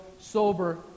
sober